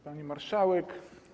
Pani Marszałek!